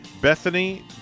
Bethany